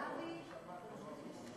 תם סדר-היום.